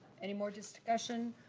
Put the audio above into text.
any more discussion?